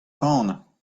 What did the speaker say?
kanañ